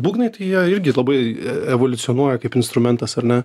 būgnai tai jie irgi labai evoliucionuoja kaip instrumentas ar ne